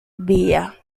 vía